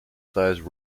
sized